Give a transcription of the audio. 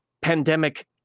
pandemic